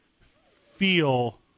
feel